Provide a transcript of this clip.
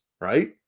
right